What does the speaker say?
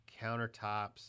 countertops